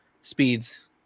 speeds